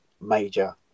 major